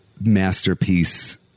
masterpiece